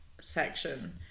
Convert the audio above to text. section